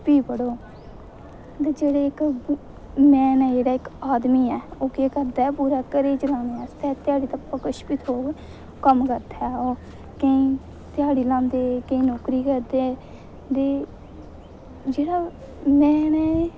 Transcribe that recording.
पप्ही पढ़ो ते जेह्ड़े इक्क मेन जेह्ड़ा इक्क आदमी ऐ ओह् केह् करदा ऐ पूरे घरै गी चलाने आास्तै किश बी कम्म करदा ऐ ओह् केईं दिहाड़ी लांदे केईं नौकरी करदे ते जेह्ड़ा मेन ऐ ते